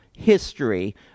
history